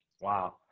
Wow